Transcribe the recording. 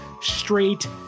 straight